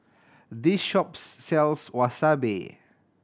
this shop sells Wasabi